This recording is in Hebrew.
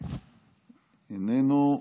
איננו,